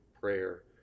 prayer